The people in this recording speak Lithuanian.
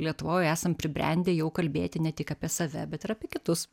lietuvoj esam pribrendę jau kalbėti ne tik apie save bet ir apie kitus